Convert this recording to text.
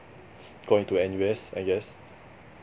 got into N_U_S I guess